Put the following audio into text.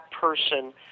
person